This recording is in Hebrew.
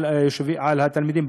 לתלמידים,